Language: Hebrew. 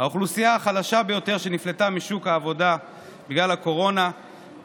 בשידור חי, שהוא רוצה להשליך את אחיי החרדים,